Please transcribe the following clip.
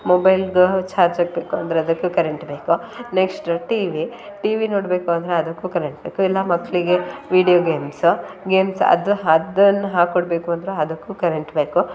ಮೊಬೈಲ್ಗೆ ಚಾರ್ಜ್ ಹಾಕಬೇಕು ಅಂದರೆ ಅದಕ್ಕೂ ಕರೆಂಟ್ ಬೇಕು ನೆಕ್ಸ್ಟ್ ಟಿವಿ ಟಿವಿ ನೋಡಬೇಕು ಅಂದರೂ ಅದಕ್ಕೂ ಕರೆಂಟ್ ಬೇಕು ಇಲ್ಲ ಮಕ್ಕಳಿಗೆ ವಿಡಿಯೋ ಗೇಮ್ಸು ಗೇಮ್ಸ್ ಅದು ಅದನ್ ಹಾಕ್ಕೊಡ್ಬೇಕು ಅಂದರೂ ಅದಕ್ಕೂ ಕರೆಂಟ್ ಬೇಕು